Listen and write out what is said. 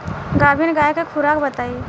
गाभिन गाय के खुराक बताई?